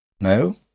No